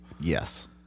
yes